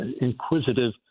inquisitive